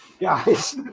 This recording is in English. guys